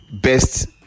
Best